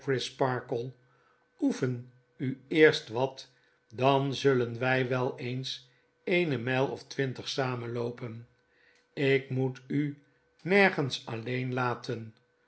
oefen u eerst wat dan zullen wy wel eens eene mijl of twintig samen loopen ik moestu nu nergens alleen laten